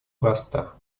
проста